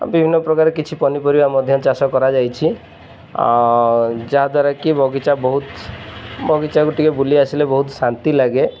ବିଭିନ୍ନ ପ୍ରକାର କିଛି ପନିପରିବା ମଧ୍ୟ ଚାଷ କରାଯାଇଛି ଯାହାଦ୍ୱାରା କି ବଗିଚା ବହୁତ ବଗିଚାକୁ ଟିକେ ବୁଲି ଆସିଲେ ବହୁତ ଶାନ୍ତି ଲାଗେ